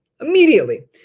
immediately